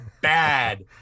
bad